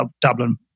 Dublin